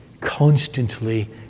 constantly